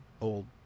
old